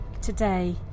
Today